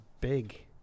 big